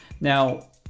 Now